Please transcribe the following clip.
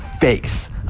face